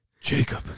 Jacob